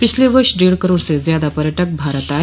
पिछले वर्ष डेढ़ करोड़ से ज्यादा पर्यटक भारत आए